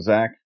Zach